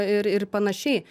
ir ir panašiai